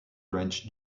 range